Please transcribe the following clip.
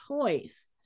choice